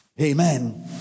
Amen